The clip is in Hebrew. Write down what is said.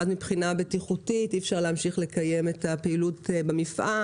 ואז מבחינה בטיחותית אי אפשר להמשיך לקיים את הפעילות במפעל,